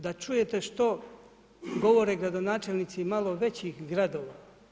Da čujete što govore gradonačelnici malo većih gradova.